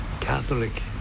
catholic